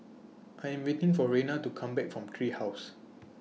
I Am waiting For Raina to Come Back from Tree House